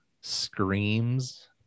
Scream's